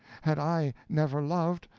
had i never loved,